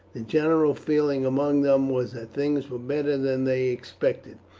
the general feeling among them was that things were better than they expected,